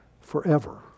forever